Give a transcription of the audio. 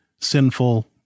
sinful